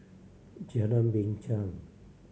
Jalan Binchang